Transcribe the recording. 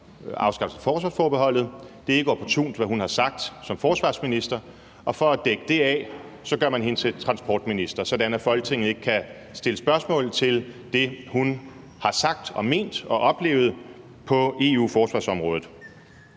afskaffelse af forsvarsforbeholdet. Det er ikke opportunt, hvad hun har sagt om det som forsvarsminister, og for at dække over det gør man hende til transportminister, altså sådan at folk ikke kan stille spørgsmål til det, hun har sagt, ment og oplevet på EU-forsvarsområdet.